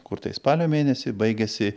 kur tai spalio mėnesį baigiasi